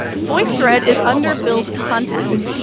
voicethread is under build content.